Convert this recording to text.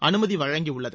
அனுமதி வழங்கியுள்ளது